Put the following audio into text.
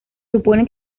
supone